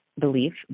belief